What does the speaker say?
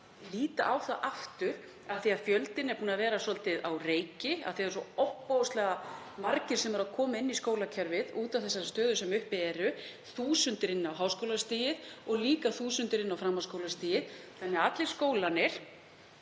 líta á það aftur af því að fjöldinn er búinn að vera svolítið á reiki, það eru ofboðslega margir að koma inn í skólakerfið út af þessari stöðu sem uppi er, þúsundir inn á háskólastigið og líka þúsundir inn á framhaldsskólastigið. Allir skólarnir